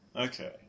Okay